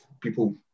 people